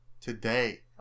Today